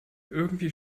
irgendwie